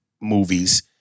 movies